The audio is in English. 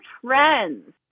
trends